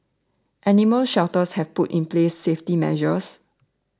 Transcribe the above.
animal shelters have put in place safety measures